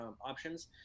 options